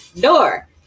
door